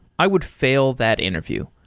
i would fail that interview.